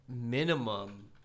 minimum